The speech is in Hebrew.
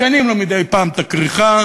משנים לו מדי פעם את הכריכה,